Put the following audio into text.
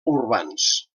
urbans